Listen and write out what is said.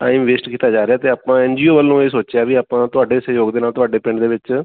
time waste ਕੀਤਾ ਜਾ ਰਿਹਾ ਅਤੇ ਆਪਾਂ ਐਨ ਜੀ ਓ ਵੱਲੋਂ ਇਹ ਸੋਚਿਆ ਵੀ ਆਪਾਂ ਤੁਹਾਡੇ ਸਹਿਯੋਗ ਦੇ ਨਾਲ ਤੁਹਾਡੇ ਪਿੰਡ ਦੇ ਵਿੱਚ